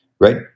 Right